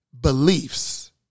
beliefs